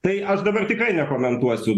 tai aš dabar tikrai nekomentuosiu